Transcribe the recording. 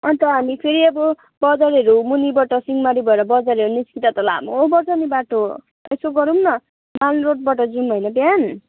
अन्त हामी फेरि अब बजारहरू मुनिबाट सिंहमारी भएर बजारहरू निस्किँदा त लामो पर्छ नि बाटो यसो गरौँ न माल रोडबाट जाउँ होइन बिहान